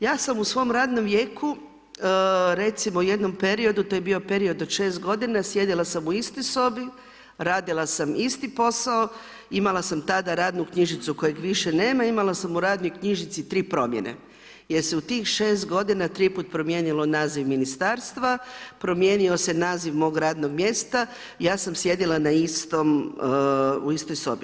Ja sam u svom radnom vijeku, recimo u jednom periodu, to je bio period od 6 godina sjedila sam u istoj sobi, radila sam isti posao, imala sam tada radnu knjižicu kojeg više nema, imala sam u radnoj knjižici tri promjene jer se u tih 6 godina tri puta promijenio naziv ministarstva, promijenio se naziv mog radnog mjesta, ja sam sjedila u istoj sobi.